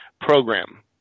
program